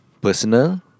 personal